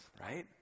right